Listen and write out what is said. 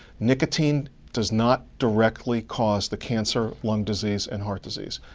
nicotine does not directly cause the cancer, lung disease, and heart disease.